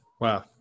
Wow